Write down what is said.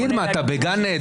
מה אתה מלשין.